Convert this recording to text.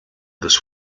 this